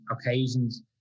occasions